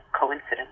coincidence